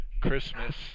Christmas